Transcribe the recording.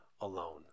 alone